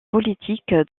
politique